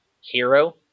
hero